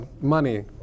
money